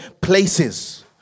places